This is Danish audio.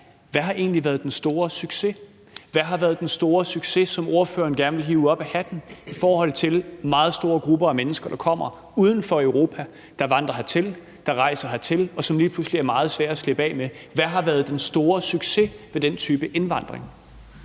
Hvad har egentlig været den store succes? Hvad har været den store succes, som ordføreren gerne vil hive op af hatten, i forhold til de meget store grupper af mennesker, der kommer fra lande uden for Europa, som rejser hertil, og som lige pludselig er meget svære at slippe af med? Hvad har været den store succes ved den type indvandring?